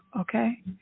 okay